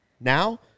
now